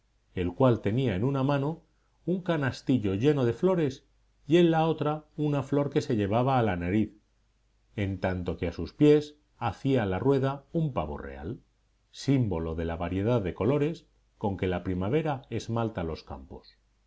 el cual tenía en una mano un canastillo lleno de flores y en la otra una flor que se llevaba a la nariz en tanto que a sus pies hacía la rueda un pavo real símbolo de la variedad de colores con que la primavera esmalta los campos